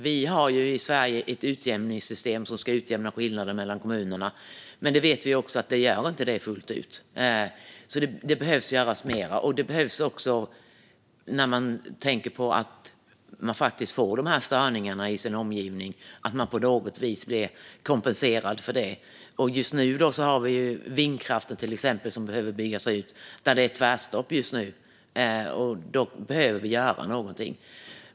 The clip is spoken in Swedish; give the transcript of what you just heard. Vi har ju i Sverige ett utjämningssystem som ska utjämna skillnader mellan kommunerna, men vi vet också att det inte gör det fullt ut. Det behöver göras mer, och man behöver också på något vis bli kompenserad för de störningar man får i sin omgivning. Just nu har vi vindkraften som behöver byggas ut, och där är det tvärstopp just nu. Då behöver vi göra någonting.